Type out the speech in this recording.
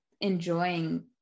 enjoying